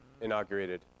inaugurated